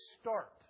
start